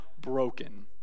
broken